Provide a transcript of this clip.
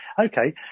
Okay